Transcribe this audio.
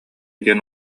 диэн